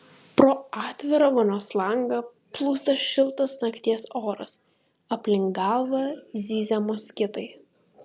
pro atvirą vonios langą plūsta šiltas nakties oras aplink galvą zyzia moskitai